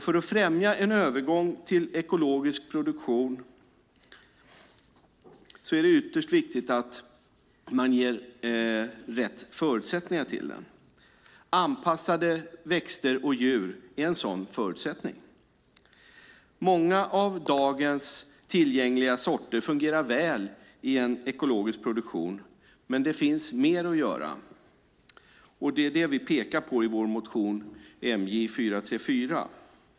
För att främja en övergång till ekologisk produktion är det ytterst viktigt att den ges rätt förutsättningar. Anpassade växter och djur är en sådan förutsättning. Många av dagens tillgängliga sorter fungerar väl i en ekologisk produktion, men det finns mer att göra. Det är det vi pekar på i vår motion MJ434.